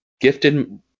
gifted